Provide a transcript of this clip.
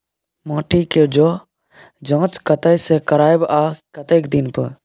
माटी के ज जॉंच कतय से करायब आ कतेक दिन पर?